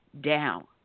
down